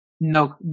No